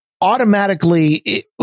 automatically